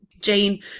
jane